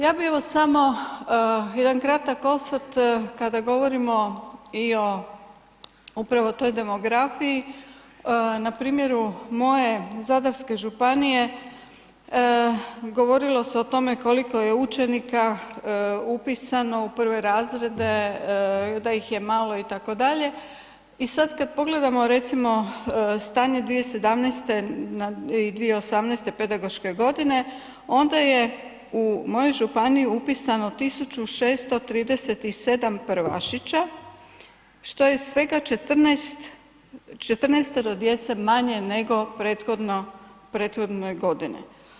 Ja bih evo samo jedna kratak osvrt kada govorimo i o upravo toj demografiji na primjeru moje Zadarske županije govorilo se o tome koliko je učenika upisano u prve razrede da ih je imalo itd. i sad kad pogledamo recimo stanje 2017. i 2008. pedagoške godine, onda je u mojoj županiji upisano 1637 prvašića što je svega 14-oro djece manje nego prethodne godine.